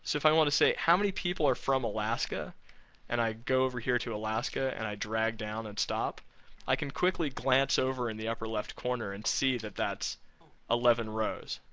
if i want to say how many people are from alaska and i go over here to alaska, and i drag down and stop i can quickly glance over at the upper left corner and see that that's eleven rows